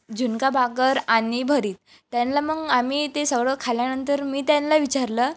झुणका भाकर आणि भरीत त्यांना मग आम्ही ते सगळं खाल्ल्यानंतर मी त्यांना विचारलं